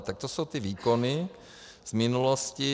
Tak to jsou ty výkony v minulosti.